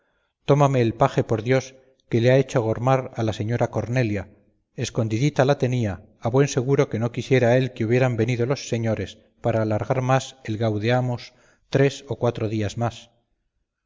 tómame el paje por dios que le han hecho gormar a la señora cornelia escondidita la tenía a buen seguro que no quisiera él que hubieran venido los señores para alargar más el gaudeamus tres o cuatro días más